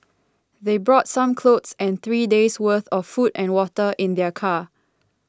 they brought some clothes and three days' worth of food and water in their car